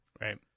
Right